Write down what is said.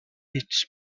its